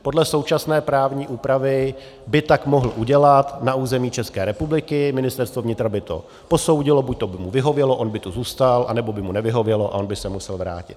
Podle současné právní úpravy by to mohl udělat na území České republiky, Ministerstvo vnitra by to posoudilo, buď by mu vyhovělo, on by tu zůstal, nebo by mu nevyhovělo a on by se musel vrátit.